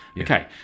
Okay